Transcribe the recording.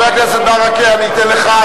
חבר הכנסת ברכה, אני אתן לך.